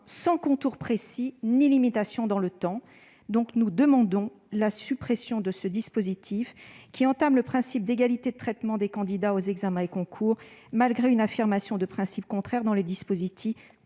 sans contours précis ni limitation dans le temps. Pour ces raisons, nous demandons la suppression de cet article, qui entame le principe d'égalité de traitement des candidats aux examens et concours. Malgré les affirmations de principe, ce dispositif